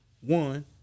One